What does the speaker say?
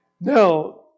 Now